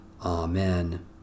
Amen